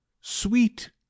Sweet